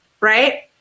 right